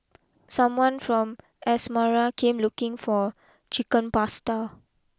someone from Asmara came looking for Chicken Pasta